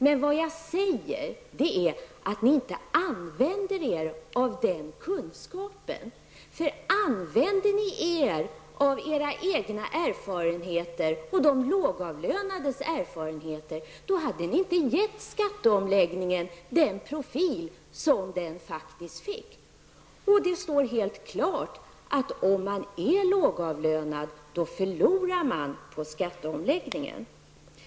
Men vad jag säger är att ni inte använder er av den kunskapen, för använder ni er av era egna och de lågavlönades erfarenheter, hade ni inte gett skatteomläggningen den profil som den faktiskt fick. Det står helt klart att om man är lågavlönad, då förlorar man på skatteomläggningen.